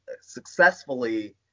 successfully